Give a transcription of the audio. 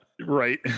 right